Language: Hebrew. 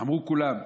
אמרו כולם,